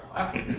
asking.